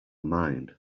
mind